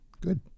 Good